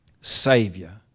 Savior